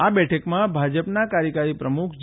આ બેઠકમાં ભાજપના કાર્યકારી પ્રમુખ જે